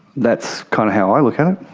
that's kind of how i look at it.